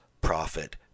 prophet